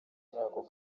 ako